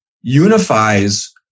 unifies